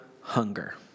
hunger